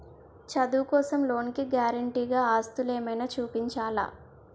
చదువు కోసం లోన్ కి గారంటే గా ఆస్తులు ఏమైనా చూపించాలా?